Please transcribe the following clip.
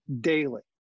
daily